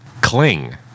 cling